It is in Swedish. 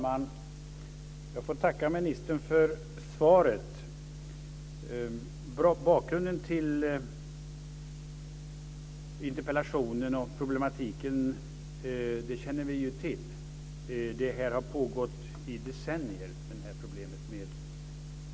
Fru talman! Jag tackar ministern för svaret. Bakgrunden till interpellationen och problematiken känner vi ju till. Problemet med Palestinaflyktingarna har pågått i decennier.